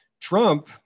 Trump